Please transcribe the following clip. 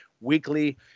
Weekly